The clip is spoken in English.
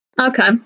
Okay